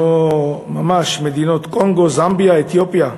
ממש כמו מדינות קונגו, זמביה, אתיופיה,